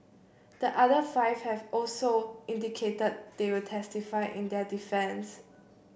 the other five have also indicated they will testify in their defence